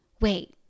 Wait